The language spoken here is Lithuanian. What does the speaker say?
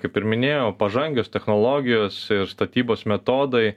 kaip ir minėjau pažangios technologijos statybos metodai